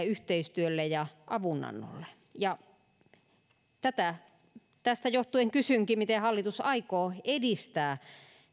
yhteistyölle ja avunannolle ja tästä johtuen kysynkin miten hallitus aikoo edistää